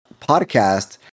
podcast